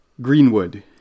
Greenwood